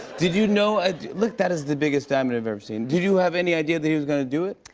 did you know look that is the biggest diamond i've ever seen. did you have any idea that he was going to do it?